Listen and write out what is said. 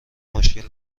مشکل